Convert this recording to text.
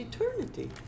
eternity